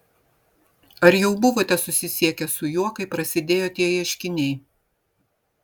ar jau buvote susisiekęs su juo kai prasidėjo tie ieškiniai